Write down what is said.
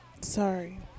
Sorry